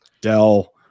dell